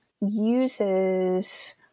uses